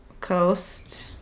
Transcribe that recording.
coast